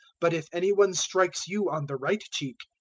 but if any one strikes you on the right cheek,